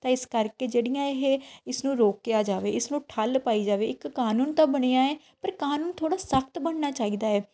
ਤਾਂ ਇਸ ਕਰਕੇ ਜਿਹੜੀਆਂ ਇਹ ਇਸਨੂੰ ਰੋਕਿਆ ਜਾਵੇ ਇਸਨੂੰ ਠੱਲ ਪਾਈ ਜਾਵੇ ਇੱਕ ਕਾਨੂੰਨ ਤਾਂ ਬਣਿਆ ਏ ਪਰ ਕਾਨੂੰਨ ਥੋੜ੍ਹਾ ਸਖਤ ਬਣਨਾ ਚਾਹੀਦਾ ਹੈ